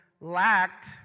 lacked